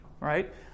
Right